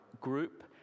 group